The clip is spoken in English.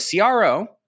CRO